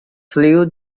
flew